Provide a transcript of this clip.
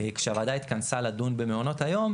כשהוועדה התכנסה לדון במעונות היום,